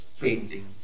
painting